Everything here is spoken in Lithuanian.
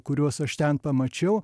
kuriuos aš ten pamačiau